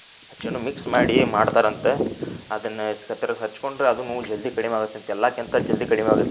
ಹಚ್ಚಿಯೂ mix ಮಾಡಿ ಮಾಡ್ತಾರಂತೆ ಅದನ್ನು ಸತ್ರ ಹಚ್ಚಿಕೊಂಡ್ರೂ ಅದೂ ನೋವು ಜಲ್ದಿ ಕಡಿಮೆ ಆಗತ್ತಂತೆ ಎಲ್ಲಕ್ಕಿಂತ ಜಲ್ದಿ ಕಡಿಮೆ ಆಗತ್ತಂತೆ